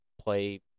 play